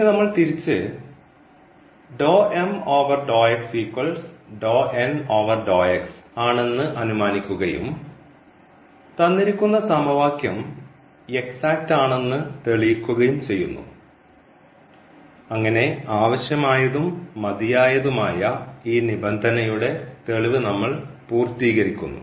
ഇനി നമ്മൾ തിരിച്ച് ആണെന്ന് അനുമാനിക്കുകയും തന്നിരിക്കുന്ന സമവാക്യം എക്സാക്റ്റ് ആണെന്ന് തെളിയിക്കുകയും ചെയ്യുന്നു അങ്ങനെ ആവശ്യമായതും മതിയായതുമായ ഈ നിബന്ധനയുടെ തെളിവ് നമ്മൾ പൂർത്തീകരിക്കുന്നു